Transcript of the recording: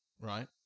right